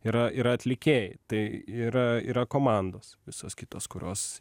yra yra atlikėjai tai yra yra komandos visos kitos kurios